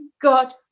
God